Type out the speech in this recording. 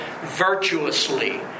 virtuously